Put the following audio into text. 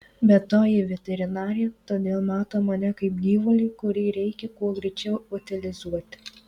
be to ji veterinarė todėl mato mane kaip gyvulį kurį reikia kuo greičiau utilizuoti